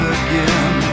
again